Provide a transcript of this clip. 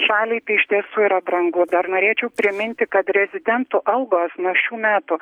šaliai tai iš tiesų yra brangu dar norėčiau priminti kad rezidentų algos nuo šių metų